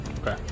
Okay